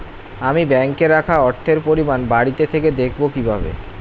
আমি ব্যাঙ্কে রাখা অর্থের পরিমাণ বাড়িতে থেকে দেখব কীভাবে?